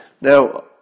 Now